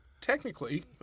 technically